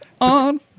on